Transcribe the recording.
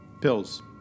pills